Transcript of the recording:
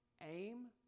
aim